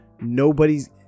nobody's